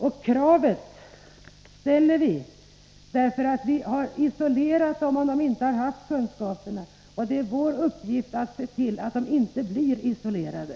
Vi ställer detta krav, eftersom invandrare som inte haft dessa kunskaper har isolerats. Det är vår uppgift att se till att de inte blir isolerade.